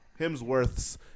Hemsworth's